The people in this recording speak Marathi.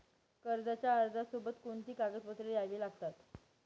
कर्जाच्या अर्जासोबत कोणती कागदपत्रे द्यावी लागतील?